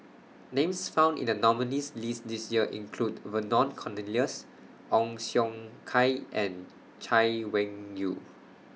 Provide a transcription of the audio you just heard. Names found in The nominees' list This Year include Vernon Cornelius Ong Siong Kai and Chay Weng Yew